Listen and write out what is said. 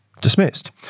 dismissed